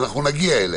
ואנחנו נגיע אליה.